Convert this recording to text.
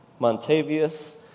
Montavious